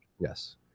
Yes